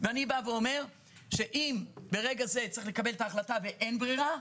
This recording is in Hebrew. ואני בא ואומר שאם ברגע זה צריך לקבל את ההחלטה ואין ברירה,